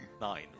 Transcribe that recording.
nine